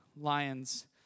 lions